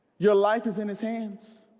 your life is in his hands